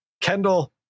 Kendall